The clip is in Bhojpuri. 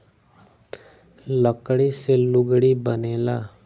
लकड़ी से लुगड़ी बनेला